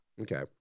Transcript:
okay